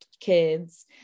kids